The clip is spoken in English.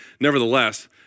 Nevertheless